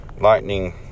lightning